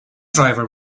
driver